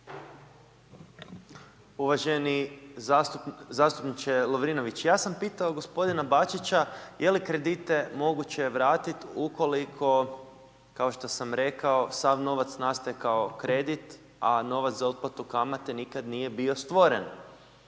Uvaženi zastupniče Lovrinović, ja sam pitao gospodina Bačića je li kredite moguće vratiti ukoliko, kao što sam rekao sav novac nastaje kao kredit, a novac za otplatu kamate nikad nije bio stvoren.